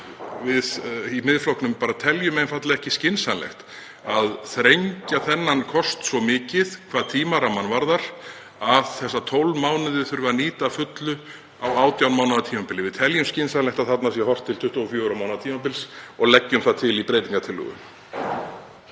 Við í Miðflokknum teljum einfaldlega ekki skynsamlegt að þrengja þennan kost svo mikið hvað tímarammann varðar að þessa 12 mánuði þurfi að nýta að fullu á 18 mánaða tímabili. Við teljum skynsamlegt að horft sé til 24 mánaða tímabils og við leggjum það til í breytingartillögunni.